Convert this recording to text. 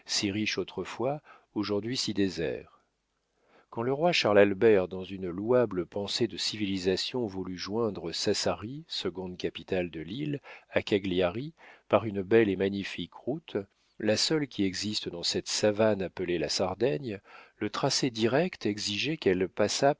si riche autrefois aujourd'hui si désert quand le roi charles albert dans une louable pensée de civilisation voulut joindre sassari seconde capitale de l'île à cagliari par une belle et magnifique route la seule qui existe dans cette savane appelée la sardaigne le tracé direct exigeait qu'elle